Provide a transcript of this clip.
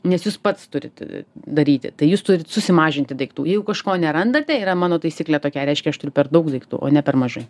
nes jūs pats turit daryti tai jūs turit susimažinti daiktų jeigu kažko nerandate yra mano taisyklė tokia reiškia aš turiu per daug daiktų o ne per mažai